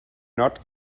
not